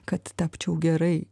kad tapčiau gerai